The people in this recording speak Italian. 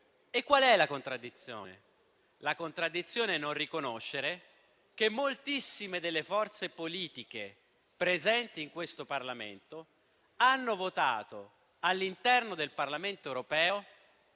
qui c'è una contraddizione, quella di non riconoscere che moltissime delle forze politiche presenti in questo Parlamento hanno votato, all'interno del Parlamento europeo,